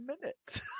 minutes